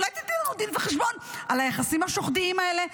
אולי תיתני לנו דין וחשבון על היחסים השוחדיים האלה?